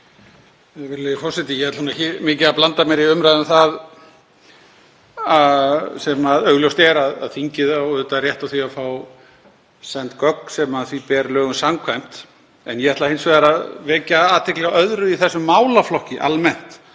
á auðvitað rétt á því að fá send gögn sem því ber lögum samkvæmt. Ég ætla hins vegar að vekja athygli á öðru í þessum málaflokki almennt